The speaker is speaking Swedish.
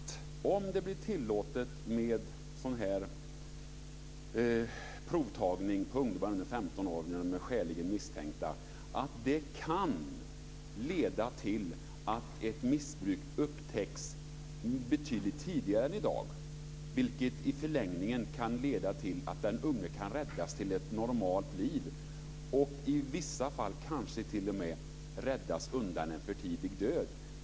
Om det blir tillåtet med sådan här provtagning på ungdomar under 15 år när de är skäligen misstänkta är jag övertygad om att det kan leda till att ett missbruk upptäcks betydligt tidigare än i dag, vilket i förlängningen kan leda till att den unge kan räddas till ett normalt liv och vi i vissa fall kanske t.o.m. räddas undan en för tidig död.